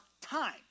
time